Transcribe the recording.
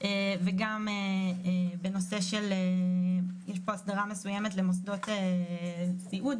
וגם יש פה הסדרה מסוימת למוסדות סיעוד,